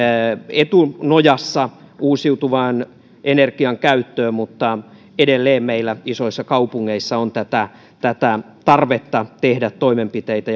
etunojassa uusiutuvan energian käyttöön mutta edelleen meillä isoissa kaupungeissa on tätä tätä tarvetta tehdä toimenpiteitä